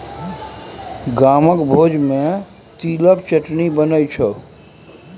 गामक भोज मे तिलक चटनी बनै छै